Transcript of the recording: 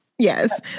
Yes